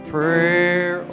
Prayer